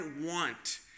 want